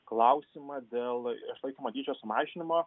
klausimą dėl išlaikymo dydžio sumažinimo